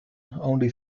only